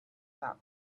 that